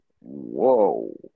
Whoa